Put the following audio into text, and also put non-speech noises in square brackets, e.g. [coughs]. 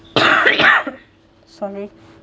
[coughs] sorry